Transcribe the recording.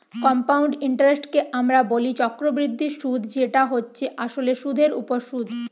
compound ইন্টারেস্টকে আমরা বলি চক্রবৃদ্ধি সুধ যেটা হচ্ছে আসলে সুধের ওপর সুধ